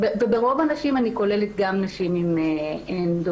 וברוב הנשים אני כוללת גם נשים עם אנדומטריוזיס.